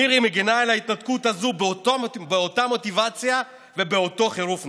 מירי מגינה על ההתנתקות הזאת באותה מוטיבציה ובאותו חירוף נפש.